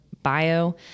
bio